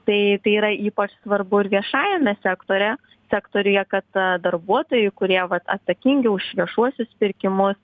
tai tai yra ypač svarbu ir viešajame sektoriuje sektoriuje kad darbuotojai kurie vat atsakingi už viešuosius pirkimus